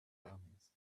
armies